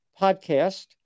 podcast